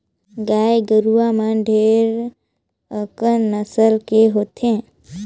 गाय गरुवा मन ढेरे अकन नसल के होथे